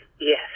Yes